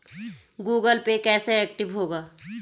Google Pay कैसे active होगा?